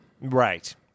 Right